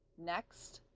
next,